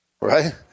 right